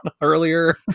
earlier